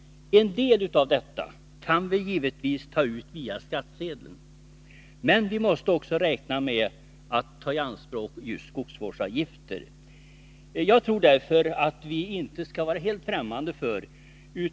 En del av utgifterna kan givetvis täckas över skattsedeln. Men vi måste också räkna med att ta i anspråk just skogsvårdsavgifter. Jag tror därför att vi inte skall vara helt främmande för nämnda avgifter.